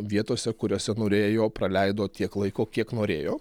vietose kuriose norėjo praleido tiek laiko kiek norėjo